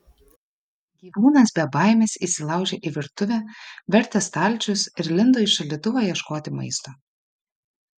gyvūnas be baimės įsilaužė į virtuvę vertė stalčius ir lindo į šaldytuvą ieškoti maisto